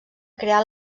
crear